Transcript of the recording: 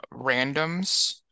randoms